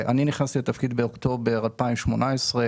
אני נכנסתי לתפקיד באוקטובר 2018,